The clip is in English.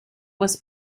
was